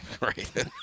right